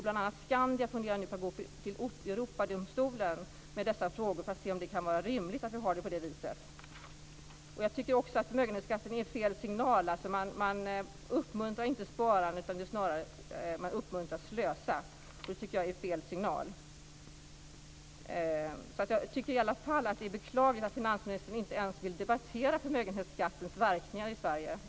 Bl.a. Skandia funderar nu på att gå till Europadomstolen med dessa frågor för att se om det kan vara rimligt att vi har det på det viset. Jag tycker också att förmögenhetsskatten ger fel signal. Man uppmuntrar inte sparande, utan man uppmuntrar snarare till att slösa. Det tycker jag är att ge fel signal. Jag beklagar djupt att finansministern inte ens vill debattera förmögenhetsskattens verkningar i Sverige.